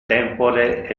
tempore